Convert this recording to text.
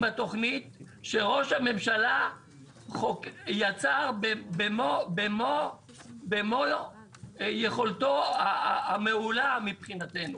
התוכנית שראש הממשלה יצר במו יכולתו המעולה מבחינתנו.